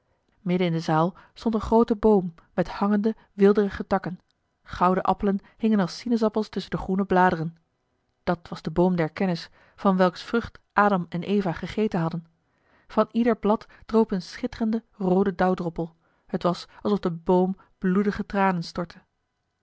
midden in de zaal stond een groote boom met hangende weelderige takken gouden appelen hingen als sinaasappels tusschen de groene bladeren dat was de boom der kennis van welks vrucht adam en eva gegeten hadden van ieder blad droop een schitterende roode dauwdroppel het was alsof de boom bloedige tranen stortte